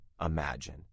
imagine